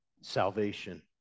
salvation